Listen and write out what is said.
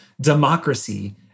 democracy